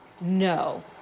No